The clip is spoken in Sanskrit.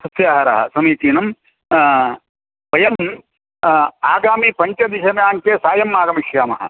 सस्याहारः समीचीनं वयम् आगामिपञ्चदशदिनाङ्के सायम् आगमिष्यामः